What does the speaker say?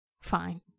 fine